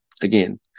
again